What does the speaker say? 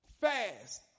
Fast